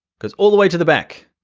goes all the way to the back.